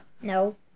No